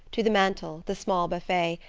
to the mantel, the small buffet,